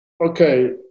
okay